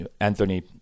Anthony